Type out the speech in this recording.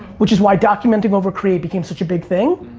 which is why document um over create became such a big thing.